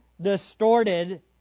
distorted